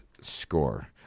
score